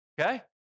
okay